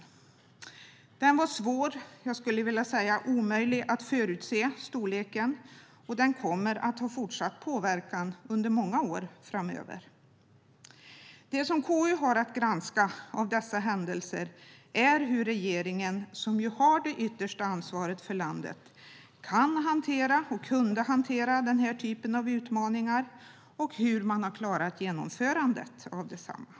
Storleken var svår - jag skulle vilja säga omöjlig - att förutse. Och det kommer att ha fortsatt påverkan under många år framöver. Det KU ska granska när det gäller dessa händelser är hur regeringen, som har det yttersta ansvaret för landet, kan hantera den här typen av utmaningar och hur man har klarat genomförandet av desamma.